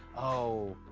oh,